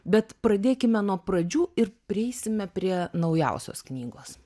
bet pradėkime nuo pradžių ir prieisime prie naujausios knygos